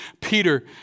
Peter